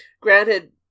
granted